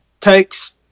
takes –